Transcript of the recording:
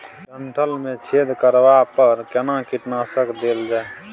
डंठल मे छेद करबा पर केना कीटनासक देल जाय?